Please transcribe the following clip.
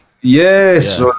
Yes